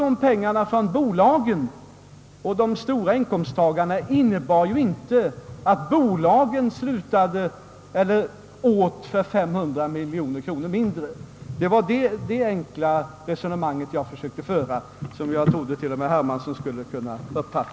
Att man tar dessa pengar från bolagen och de stora inkomsterna innebär ju inte att bolagen »äter» för 500 miljoner kronor mindre. Det var detta enkla resonemang jag försökte föra och som jag trodde att till och med herr Hermansson skulle förstå.